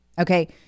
Okay